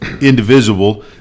indivisible